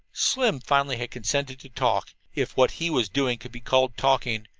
slim finally had consented to talk if what he was doing could be called talking.